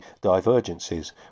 divergences